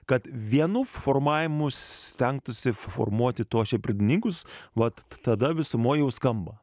kad vienu formavimu stengtųsi formuoti tuos čia pradininkus vat tada visumoj jau skamba